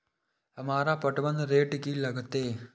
हमरा पटवन रेट की लागते?